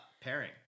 pairing